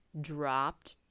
dropped